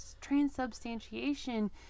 transubstantiation